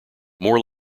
more